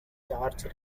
charge